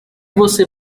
você